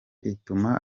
ituma